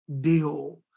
deal